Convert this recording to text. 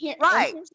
Right